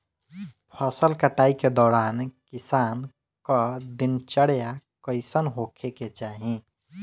फसल कटाई के दौरान किसान क दिनचर्या कईसन होखे के चाही?